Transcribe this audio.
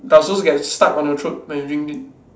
does it also get stuck on your throat when you drink it